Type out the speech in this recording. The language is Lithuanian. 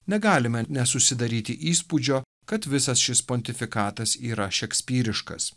negalime nesusidaryti įspūdžio kad visas šis pontifikatas yra šekspyriškas